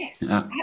Yes